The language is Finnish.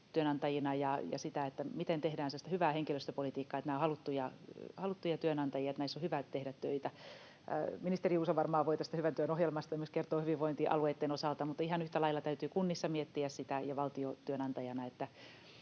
ja sitä, miten tehdään sellaista hyvää henkilöstöpolitiikkaa, että nämä ovat haluttuja työnantajia ja näissä on hyvä tehdä töitä. Ministeri Juuso varmaan voi tästä hyvän työn ohjelmasta myös kertoa hyvinvointialueitten osalta, mutta ihan yhtä lailla täytyy kunnissa miettiä sitä ja valtion työnantajana,